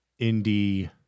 indie